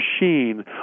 machine